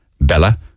Bella